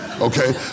Okay